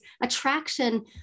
attraction